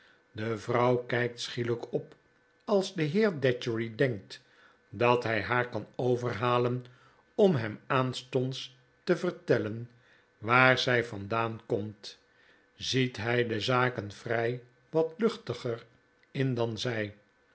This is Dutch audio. de vrouw kpt schielp op als de heer datchery denkt dat hy haar kan overhalen om hem aanstonds te vertellen waar zjj vandaan komt ziet hij de zaken vry wat luchtiger in dan zy